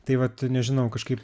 tai vat nežinau kažkaip